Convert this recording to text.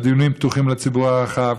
והדיונים פתוחים לציבור הרחב,